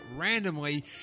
randomly